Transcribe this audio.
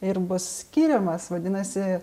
ir bus skiriamas vadinasi